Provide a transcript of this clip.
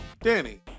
Danny